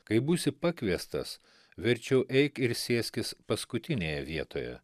kai būsi pakviestas verčiau eik ir sėskis paskutinėje vietoje